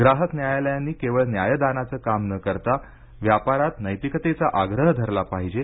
ग्राहक न्यायालयांनी केवळ न्यायदानाचे काम न करता व्यापारात नैतिकतेचा आग्रह धरला पाहिजे